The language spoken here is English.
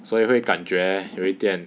所以会感觉有一点